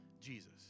Jesus